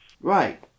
Right